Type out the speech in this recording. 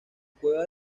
cueva